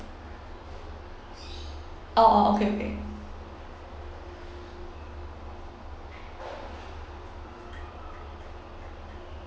orh orh okay okay